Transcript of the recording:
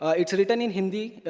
ah it's written in hindi.